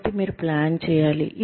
కాబట్టి మీరు ప్లాన్ చేయాలి